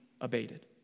abated